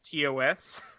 TOS